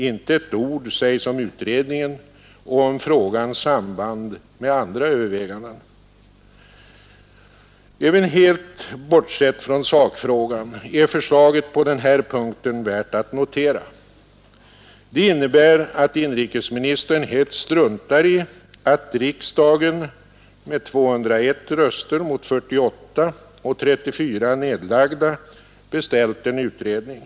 Inte ett ord sägs om utredningen och om ”frågans samband med andra överväganden”. Även helt bortsett från sakfrågan är förslaget på den här punkten värt att notera. Det innebär att inrikesministern helt struntar i att riksdagen — med 201 röster mot 48 och 34 nedlagda — beställt en utredning.